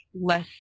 less